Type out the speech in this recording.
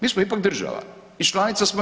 Mi smo ipak država i članica smo EU.